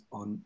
on